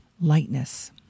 lightness